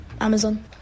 Amazon